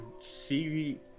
see